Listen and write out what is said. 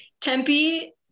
tempe